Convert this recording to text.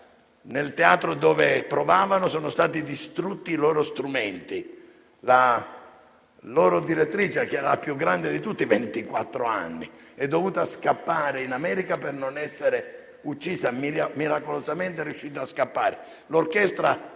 Nel teatro dove provavano sono stati distrutti i loro strumenti; la loro direttrice, la più grande di tutte (ventiquattro anni), è dovuta scappare in America per non essere uccisa; miracolosamente è riuscita a scappare.